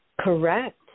Correct